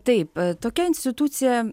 taip tokia institucija